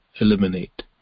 eliminate